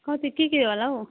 कति के के होला हौ